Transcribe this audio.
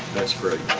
that's great.